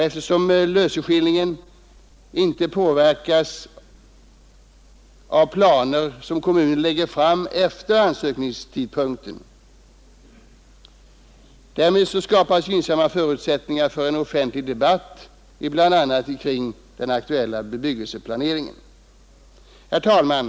Eftersom löseskillingen inte påverkas av planer som kommunen lägger fram efter ansökningstidpunkten, skapas därmed gynnsamma förutsättningar för en offentlig debatt kring bland annat den aktuella bebyggelseplaneringen. Herr talman!